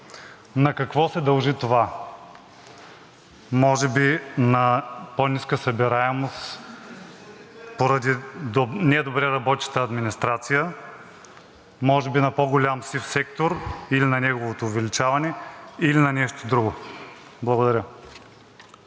На какво се дължи това – може би на по-ниска събираемост поради недобре работеща администрация, може би на по-голям сив сектор или на неговото увеличаване, или на нещо друго? Благодаря.